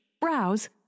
browse